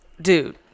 dude